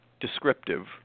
descriptive